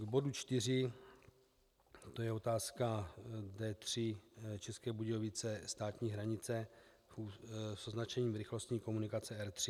K bodu čtyři, to je otázka D3 České Budějovice státní hranice s označením rychlostní komunikace R3.